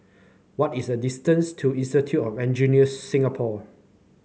what is the distance to Institute of Engineers Singapore